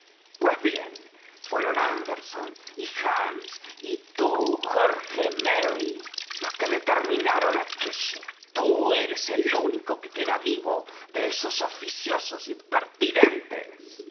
pues bien fueron anderson y hands y tú jorge merry los que determinaron aquello tú eres el único que queda vivo de esos oficiosos impertinentes